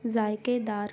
ذائکے دار